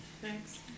Thanks